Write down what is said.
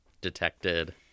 detected